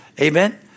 Amen